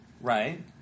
Right